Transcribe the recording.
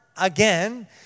again